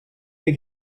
des